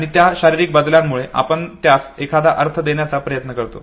आणि त्या शारीरिक बदलांमुळे आपण त्यास एखादा अर्थ देण्याचा प्रयत्न करतो